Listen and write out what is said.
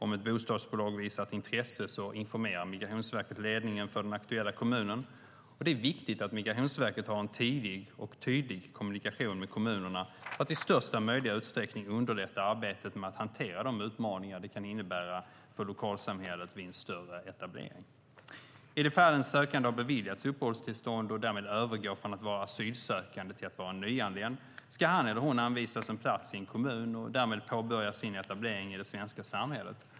Om ett bostadsbolag visar ett intresse informerar Migrationsverket ledningen för den aktuella kommunen. Det är viktigt att Migrationsverket har en tidig och tydlig kommunikation med kommunerna för att i största möjliga utsträckning underlätta arbetet med att hantera de utmaningar det kan innebära för lokalsamhället vid en större etablering. I de fall en sökande har beviljats uppehållstillstånd och därmed övergår från att vara asylsökande till att vara nyanländ ska han eller hon anvisas en plats i en kommun och därmed påbörja sin etablering i det svenska samhället.